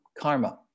karma